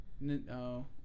No